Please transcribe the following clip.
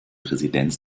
residenz